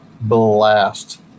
blast